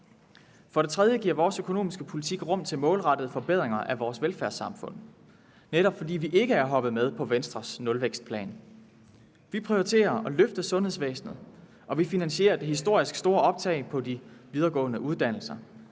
For det tredje giver vores økonomiske politik rum til målrettede forbedringer af vores velfærdssamfund, netop fordi vi ikke er hoppet med på Venstres nulvækstplan. Vi prioriterer at løfte sundhedsvæsenet, og vi finansierer det historisk store optag på de videregående uddannelser,